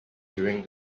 during